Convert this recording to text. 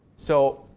so,